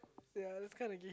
yeah it's kinda gay